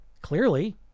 clearly